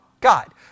God